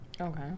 Okay